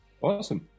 Awesome